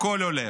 הכול עולה.